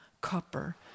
copper